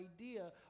idea